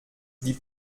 die